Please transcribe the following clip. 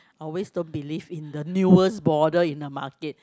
I always don't believe in the newest bother in the market